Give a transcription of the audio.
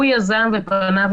הוא יזם פנה,